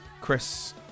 Chris